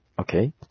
Okay